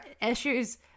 issues